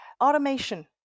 automation